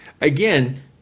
again